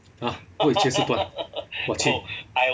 ah 不可以切四段 ah 我切